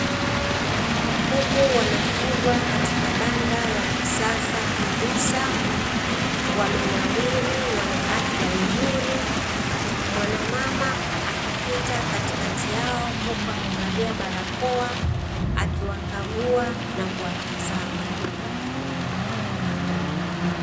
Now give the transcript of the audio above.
Kuku wanafugwa katika banda la kisasa kabisa, wamenawiri wanaafya nzuri, mwanamama akipita katikati yao huku akiwa amevalia barakoa huku akiwakagua na kuwatazama.